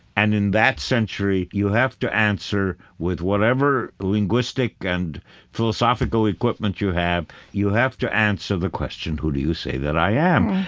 and, in that century, you have to answer with whatever linguistic and philosophical equipment you have, you have to answer the question who do you say that i am?